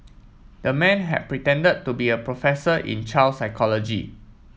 the man had pretended to be a professor in child psychology